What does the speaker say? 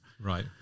right